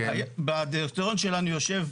בדירקטוריון שלנו יושב,